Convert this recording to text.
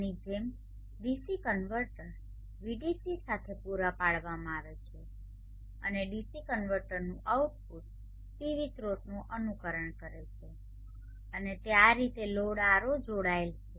આની જેમ DC converter Vdc સાથે પૂરા પાડવામાં આવે છે અને ડીસી કન્વર્ટરનું આઉટપુટ પીવી સ્રોતનું અનુકરણ કરે છે અને તે આ રીતે લોડ R0 જોડાયેલ છે